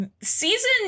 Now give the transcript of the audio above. Season